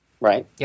right